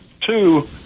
two